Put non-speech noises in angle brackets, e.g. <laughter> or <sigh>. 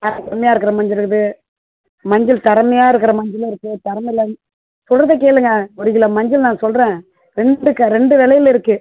<unintelligible> கம்மியாக இருக்கற மஞ்சள் இருக்குது மஞ்சள் திறமையா இருக்கிற மஞ்சளும் இருக்குது தரமில்லை சொல்வத கேளுங்கள் ஒரு கிலோ மஞ்சள் நான் சொல்கிறேன் ரெண்டு க ரெண்டு வெலையில் இருக்குது